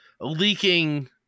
leaking